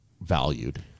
valued